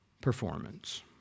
performance